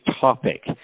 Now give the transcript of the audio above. topic